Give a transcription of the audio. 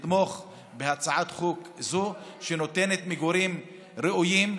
לתמוך בהצעת חוק זו, שנותנת מגורים ראויים.